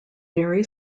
very